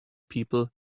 people